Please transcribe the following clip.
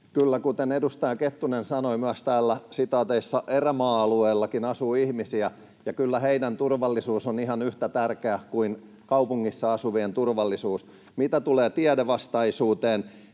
myös edustaja Kettunen sanoi, ”erämaa-alueellakin” asuu ihmisiä, ja kyllä heidän turvallisuutensa on ihan yhtä tärkeä kuin kaupungissa asuvien turvallisuus. Mitä tulee tiedevastaisuuteen,